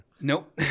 Nope